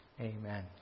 Amen